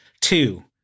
Two